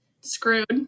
screwed